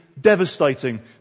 devastating